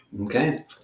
okay